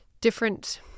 different